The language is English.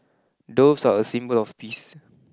doves are a symbol of peace